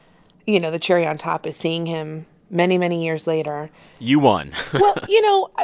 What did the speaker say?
you know, the cherry on top is seeing him many, many years later you won well, you know,